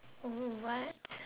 oh what